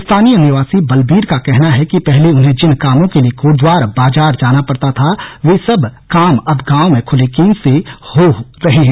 स्थानीय निवासी बलबीर का कहना है कि पहले उन्हें जिन कामों के लिए कोटद्वार बाजार जाना पड़ता था वे सब काम अब गांव में खुले केंद्र से ही हो रहे हैं